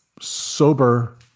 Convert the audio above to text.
sober